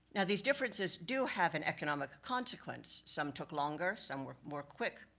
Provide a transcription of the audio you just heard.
now these differences do have an economic consequence. some took longer, some were more quick.